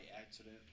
accident